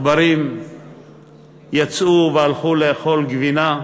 העכברים שיצאו מהחור שלהם והלכו לאכול גבינה,